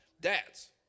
dads